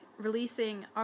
Releasing